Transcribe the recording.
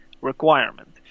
requirement